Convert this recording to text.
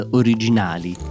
originali